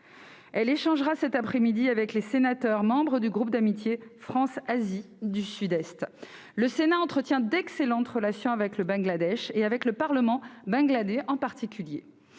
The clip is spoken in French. Elle échangera cet après-midi avec les sénateurs membres du groupe d'amitié France-Asie du Sud-Est. Le Sénat entretient d'excellentes relations avec le Bangladesh et avec le Parlement bangladais en particulier.